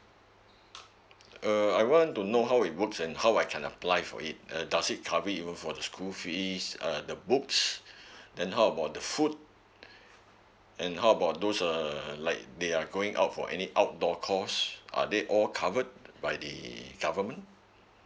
uh I want to know how it works and how I can apply for it uh does it cover even for the school fees uh the books then how about the food and how about those err like they are going out for any outdoor course are they all covered by the government